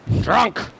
Drunk